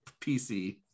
PC